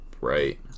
Right